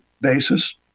basis